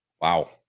wow